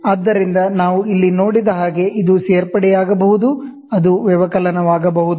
ಆದ್ದರಿಂದ ನಾವು ಇಲ್ಲಿ ನೋಡಿದ ಹಾಗೆ ಇದು ಸೇರ್ಪಡೆಯಾಗಬಹುದು ಅದು ಸಬ್ಟ್ರಾಕ್ಷನ್ ಆಗಬಹುದು